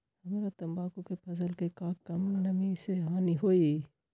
हमरा तंबाकू के फसल के का कम नमी से हानि होई?